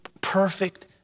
perfect